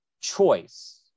choice